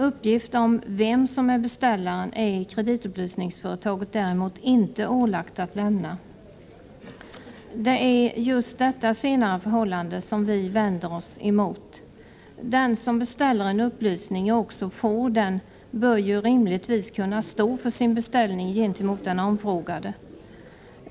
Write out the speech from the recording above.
Uppgift om vem som är beställaren är kreditupplysningsföretaget däremot inte ålagt att lämna. Det är just detta senare förhållande som vi vänder oss mot. Den som beställer en upplysning — och också får den — bör ju rimligtvis kunna stå för sin beställning gentemot den omfrågade.